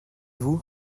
vous